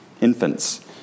infants